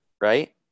right